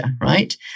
right